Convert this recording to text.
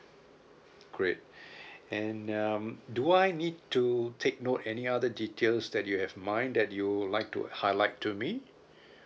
great and um do I need to take note any other details that you have mind that you would like to highlight to me